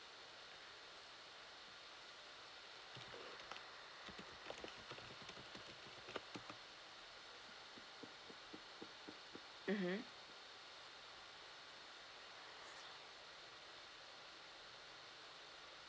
mmhmm